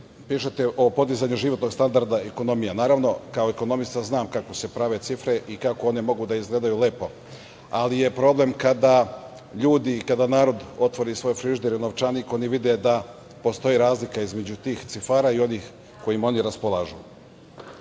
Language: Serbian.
pišete o podizanju životnog standarda, ekonomija. Naravno, kao ekonomista znam kako se prave cifre i kako one mogu da izgledaju lepo, ali je problem kada ljudi i kada narod otvori svoje frižidere i novčanik, oni vide da postoji razlika između tih cifara i onih kojima oni